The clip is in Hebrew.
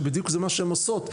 שבדיוק זה מה שהן עושות.